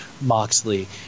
Moxley